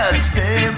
stay